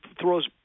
throws